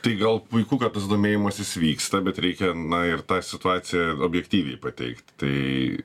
tai gal puiku kad tas domėjimasis vyksta bet reikia na ir tą situaciją objektyviai pateikti tai